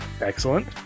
excellent